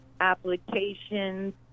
Applications